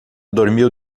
dormiu